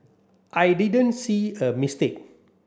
I didn't see a mistake